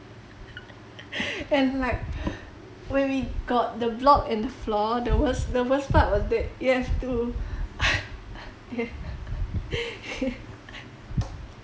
and like when we got the block and floor the worst the worst part was that you have to